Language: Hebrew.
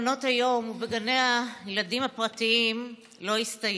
ובגני הילדים הפרטיים לא הסתיים.